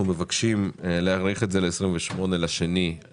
אנחנו מבקשים להאריך את זה ל-28.2.23.